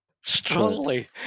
Strongly